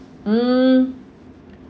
mm